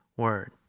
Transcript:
word